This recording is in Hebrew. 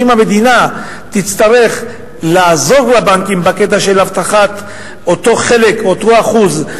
ואם המדינה תצטרך לעזור לבנקים בקטע של הבטחת אותו חלק או אותו אחוז,